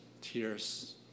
tears